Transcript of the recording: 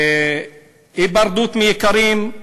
היפרדות מיקרים,